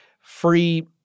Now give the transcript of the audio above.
free